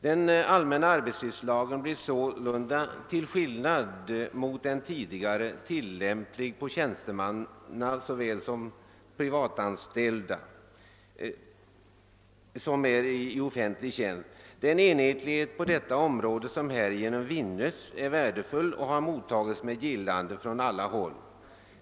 Den allmänna arbetstidslagen blir sålunda, till skillnad mot tidigare, tilllämplig på tjänstemännen, såväl de privatanställda som de som är i offentlig tjänst. Den enhetlighet på detta område som härigenom vinnes är värdefull och har mottagits med gillande från alla håll.